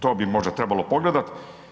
To bi možda trebalo pogledati.